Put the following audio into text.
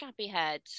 Scabbyhead